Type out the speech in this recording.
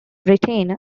britain